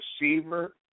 receiver